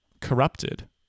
corrupted